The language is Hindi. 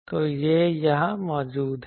तो यह यहाँ मौजूद है